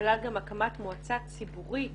כלל גם הקמת מועצה ציבורית